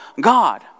God